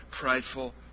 prideful